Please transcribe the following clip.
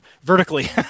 vertically